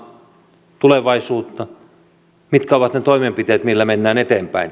mitkä ovat ne toimenpiteet millä mennään eteenpäin